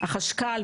החשכ"ל,